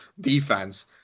defense